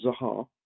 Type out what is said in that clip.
Zaha